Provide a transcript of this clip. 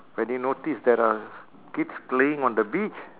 when they notice that uh kids playing on the beach